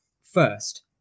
first